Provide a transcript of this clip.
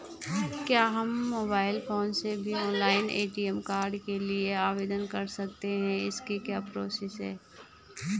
क्या हम mobile phone से भी ऑनलाइन ए.टी.एम कार्ड के लिए आवेदन कर सकते हैं इसकी क्या प्रोसेस है?